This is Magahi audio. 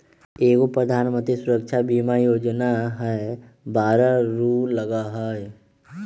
एगो प्रधानमंत्री सुरक्षा बीमा योजना है बारह रु लगहई?